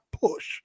push